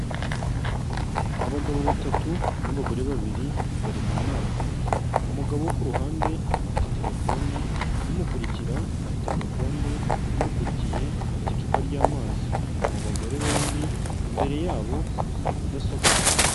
Abagabo batatu n'abagore babiri bari mu nama, umugabo wo ku ruhande afite telefone, umukurikira afite agakombe, umukurikiye afite icupa ry'amazi, abo bagore bombi imbere yabo hari mudasobwa.